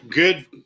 Good